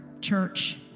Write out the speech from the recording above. church